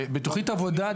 בתכנית עבודה,